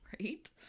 Right